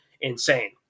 insane